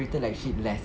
treated like shit less